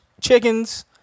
chickens